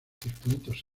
circuitos